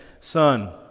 son